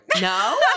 No